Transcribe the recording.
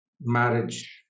marriage